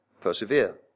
Persevere